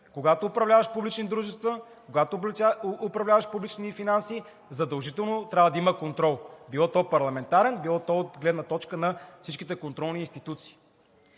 Когато управляваш публични дружества, когато управляваш публични финанси, задължително трябва да има контрол – било то парламентарен, било то от гледна точка на всичките контролни институции.